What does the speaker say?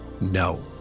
no